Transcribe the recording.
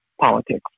politics